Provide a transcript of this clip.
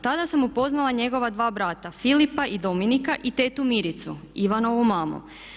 Tada sam upoznala njegova dva brata, Filipa i Dominika i tetu Miricu, Ivanovu mamu.